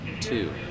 two